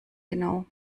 genau